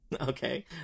okay